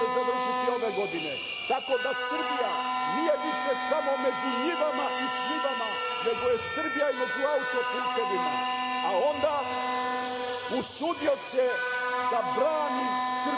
će se završiti ove godine, tako da Srbija nije više samo među njivama i šljivama, nego je Srbija među autoputevima. Onda, usudio se da brani Srbiju